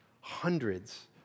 hundreds